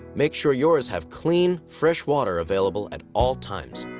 make sure yours have clean, fresh water available at all times.